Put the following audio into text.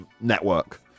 network